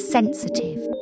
Sensitive